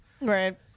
Right